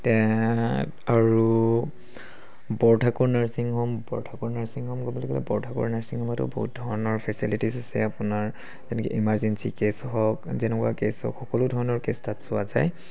তে আৰু Borthakur nursing home Borthakur nursing home বুলি ক'বলৈ গ'লে বৰঠাকুৰ নাৰ্ছিং হ'মতো বহুত ধৰণৰ ফেচিলিটিছ আছে আপোনাৰ যেনেকৈ ইমাৰ্জেঞ্চি কে'ছ হওক যেনেকুৱা কে'ছ হওক সকলো ধৰণৰ কে'ছ তাত চোৱা যায়